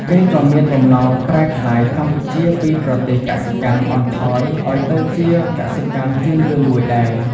គេក៏មានបំណងប្រែក្លាយកម្ពុជាពីប្រទេសកសិកម្មអន់ថយឱ្យទៅជាកសិកម្មជឿនលឿនមួយដែរ ។